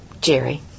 Jerry